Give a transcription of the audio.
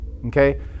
okay